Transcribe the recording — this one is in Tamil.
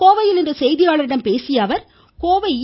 கோவையில் இன்று செய்தியாளர்களிடம் பேசிய அவர் கோவை இ